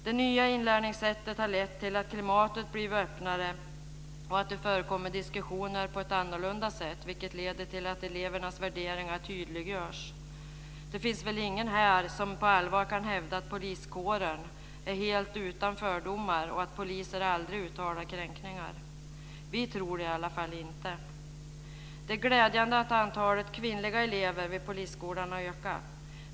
Det nya inlärningssättet har lett till att klimatet blivit öppnare och att det förekommer diskussioner på ett annorlunda sätt, vilket leder till att elevernas värderingar tydliggörs. Det finns väl ingen här som på allvar kan hävda att poliskåren är helt utan fördomar och att poliser aldrig uttalar kränkningar. Vi tror det i alla fall inte. Det är glädjande att antalet kvinnliga elever vid Polishögskolan har ökat.